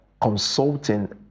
consulting